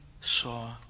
saw